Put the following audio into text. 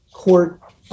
court